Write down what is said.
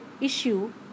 issue